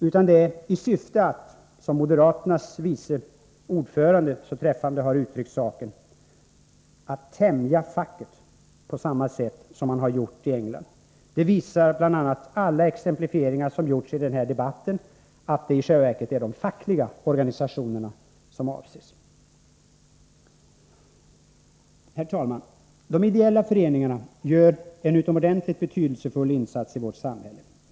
Syftet är, som moderaternas vice ordförande så träffande har uttryckt saken, att ”tämja facket” på samma sätt som man har gjort i England. Bl. a. alla exemplifieringar som har gjorts i denna debatt visar att det i själva verket är de fackliga organisationerna som avses. Herr talman! De ideella föreningarna gör en utomordentligt betydelsefull insats i vårt samhälle.